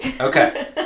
okay